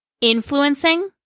influencing